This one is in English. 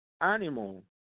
animal